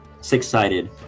six-sided